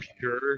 sure